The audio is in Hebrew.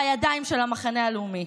בידיים של המחנה הלאומי.